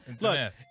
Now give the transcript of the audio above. Look